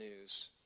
news